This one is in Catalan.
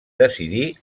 decidí